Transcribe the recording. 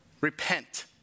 Repent